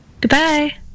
Goodbye